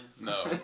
No